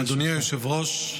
אדוני היושב-ראש,